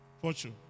fortune